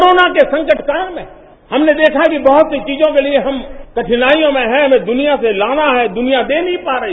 corona के संकट काल में हमने देखा कि बहुत चीजों के लिए हम कठिनाईयों में है हमें दुनिया से तड़ना हैं दुनिया दे नहीं पा रही